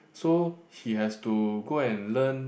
so he has to go and learn